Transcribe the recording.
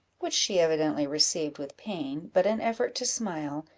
which she evidently received with pain, but an effort to smile,